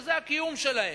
שזה הקיום שלהם,